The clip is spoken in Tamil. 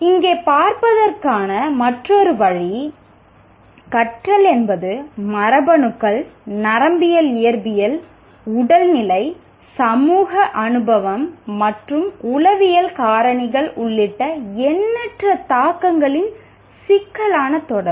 இதை பற்றி அறிவதற்கான மற்றொரு வழி என்னவென்றால் "கற்றல் என்பது மரபணுக்கள் நரம்பியல் இயற்பியல் உடல் நிலை சமூக அனுபவம் மற்றும் உளவியல் காரணிகள் உள்ளிட்ட எண்ணற்ற தாக்கங்களின் சிக்கலான தொடர்பு